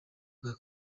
bwa